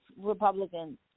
Republicans